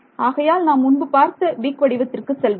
ஆகையால் நாம் முன்பு பார்த்த வீக் வடிவத்திற்கு செல்வோம்